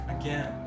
Again